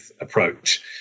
approach